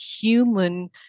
human